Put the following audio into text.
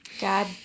God